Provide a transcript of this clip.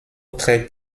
trägt